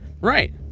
Right